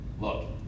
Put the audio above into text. Look